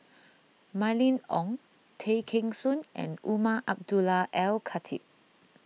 Mylene Ong Tay Kheng Soon and Umar Abdullah Al Khatib